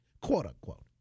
quote-unquote